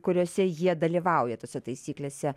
kuriose jie dalyvauja tose taisyklėse